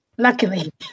Luckily